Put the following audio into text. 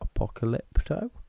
Apocalypto